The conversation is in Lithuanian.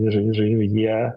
ir ir jie